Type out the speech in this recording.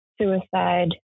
suicide